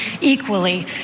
equally